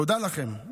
תודה לכם,